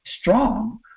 strong